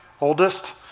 oldest